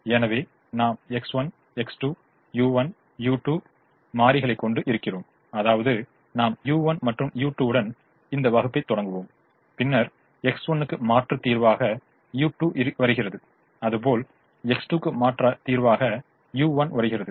எனவே நாம் X1 X2 u1 u2 ஐ மாறிகளாகக் கொண்டு இருக்கிறோம் அதாவது நாம் u1 மற்றும் u2 உடன் இந்த வகுப்பை தொடங்குவோம் பின்னர் X1 க்கு மாற்று தீர்வாக u2 வருகிறது அதுபோல் X2 க்கு மாற்று தீர்வாக u1 வருகிறது